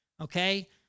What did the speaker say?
okay